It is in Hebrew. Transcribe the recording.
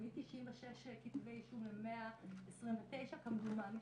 זה מ-96 כתבי אישום ל-129 כמדומני,